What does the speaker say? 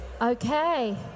Okay